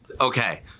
Okay